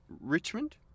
Richmond